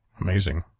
Amazing